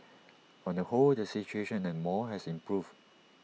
on the whole the situation at the mall has improved